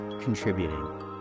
contributing